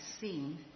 seen